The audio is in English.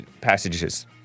passages